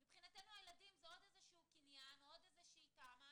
מבחינתנו הילדים זה עוד איזה שהוא קניין או עוד איזושהי תמ"א.